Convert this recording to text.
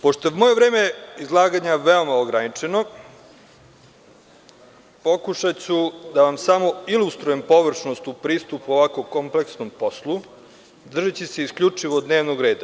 Pošto je moje vreme izlaganja veoma ograničeno, pokušaću da vam samo ilustrujem površnost u pristupu ovako kompleksnom poslu, držeći se isključivo dnevnog reda.